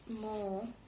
more